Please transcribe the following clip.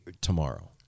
tomorrow